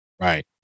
Right